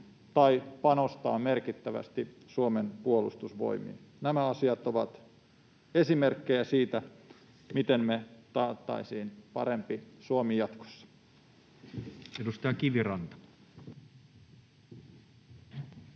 tai panostaa merkittävästi Suomen puolustusvoimiin. Nämä asiat ovat esimerkkejä siitä, miten me taattaisiin parempi Suomi jatkossa. [Speech 134]